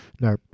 no